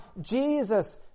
Jesus